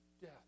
death